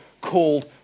called